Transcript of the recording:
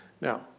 Now